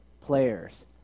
players